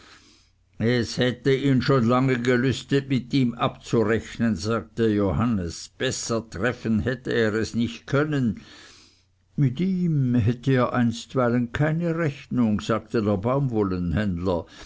es hätte ihn schon lange gelüstet mit ihm abzurechnen sagte johannes besser treffen hätte er es nicht können mit ihm hätte er einstweilen keine rechnung sagte der